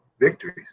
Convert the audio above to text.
victories